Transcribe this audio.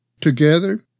Together